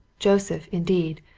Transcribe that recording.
joseph, indeed,